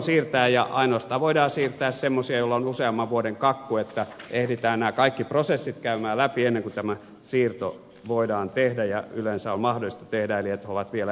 ainoastaan semmoisia voidaan siirtää joilla on useamman vuoden kakku jolloin ehditään nämä kaikki prosessit käymään läpi ennen kuin tämä siirto voidaan tehdä ja jolloin se yleensä on mahdollista tehdä eli he ovat vielä edelleen vankilassa